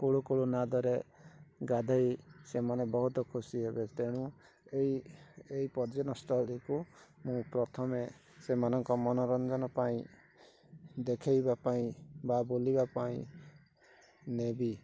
କୁଳୂକୁଳୂ ନାଦରେ ଗାଧୋଇ ସେମାନେ ବହୁତ ଖୁସି ହେବେ ତେଣୁ ଏଇ ଏଇ ପର୍ଯ୍ୟଟନ ସ୍ଥଳୀକୁ ମୁଁ ପ୍ରଥମେ ସେମାନଙ୍କ ମନୋରଞ୍ଜନ ପାଇଁ ଦେଖେଇବା ପାଇଁ ବା ବୁଲିବା ପାଇଁ ନେବି